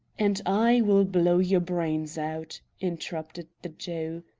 and i will blow your brains out! interrupted the jew.